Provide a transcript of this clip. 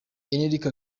enrique